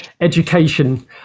education